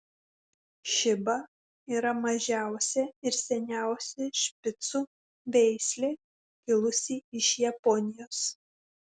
šiba yra mažiausia ir seniausia špicų veislė kilusi iš japonijos